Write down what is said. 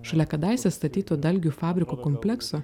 šalia kadaise statytų dalgių fabriko komplekso